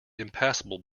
impassable